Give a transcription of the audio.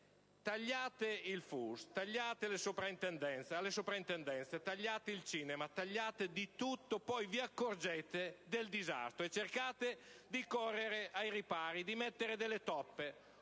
tagliate il FUS, tagliate nelle soprintendenze, tagliate il cinema, tagliate di tutto, e poi vi accorgete del disastro e cercate di correre ai ripari e di mettere delle toppe.